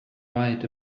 right